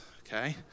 Okay